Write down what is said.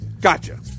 Gotcha